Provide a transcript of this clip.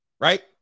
Right